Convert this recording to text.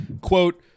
Quote